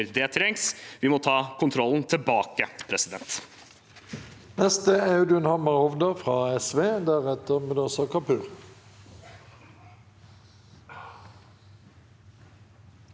Det trengs. Vi må ta kontrollen tilbake. Audun